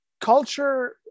culture